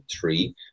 three